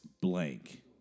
blank